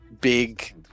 big